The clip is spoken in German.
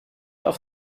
auf